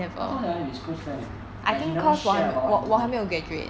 how come never his close friend leh like he never share about what he do meh